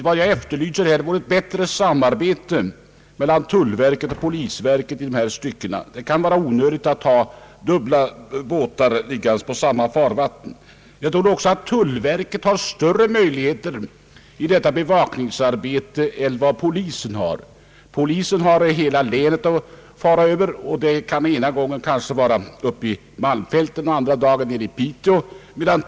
Vad jag efterlyser är ett bättre samarbete mellan tullverket och polisen i dessa stycken. Det kan vara onödigt att ha två båtar som bevakar samma farvatten. Jag tror också att tullverket har större möjligheter än polisen i detta bevakningsarbete. Polisen har hela länet att bevaka, den kan ena dagen vara uppe i malmfältet och andra dagen nere i Piteå.